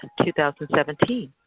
2017